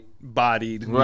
bodied